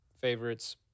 favorites